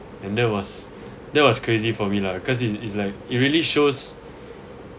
and that was that was crazy for me lah cause it's it's like it really shows